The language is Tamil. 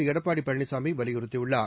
எடப்பாடி பழனிசாமி வலியுறுத்தியுள்ளார்